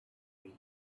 wii